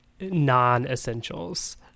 Non-essentials